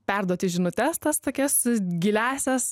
perduoti žinutes tas tokias giliąsias